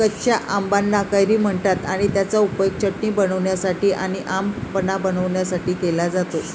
कच्या आंबाना कैरी म्हणतात आणि त्याचा उपयोग चटणी बनवण्यासाठी आणी आम पन्हा बनवण्यासाठी केला जातो